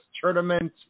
Tournament